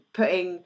putting